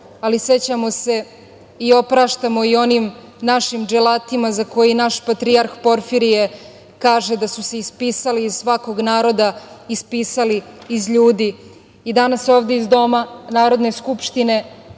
ali sećamo se i opraštamo i onim našim dželatima za koje naš patrijarh Porfirije kaže da su se ispisali iz svakog naroda, ispisali iz ljudi. Danas ovde iz doma Narodne skupštine